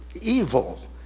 evil